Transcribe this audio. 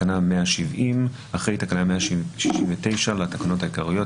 תקנה 170 אחרי תקנה 169 לתקנות העיקריות,